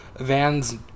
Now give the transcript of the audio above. vans